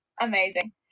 amazing